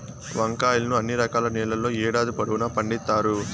వంకాయలను అన్ని రకాల నేలల్లో ఏడాది పొడవునా పండిత్తారు